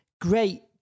great